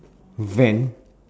van